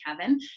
Kevin